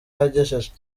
agejeje